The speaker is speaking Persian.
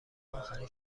آخرین